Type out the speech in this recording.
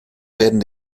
werden